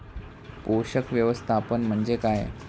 पोषक व्यवस्थापन म्हणजे काय?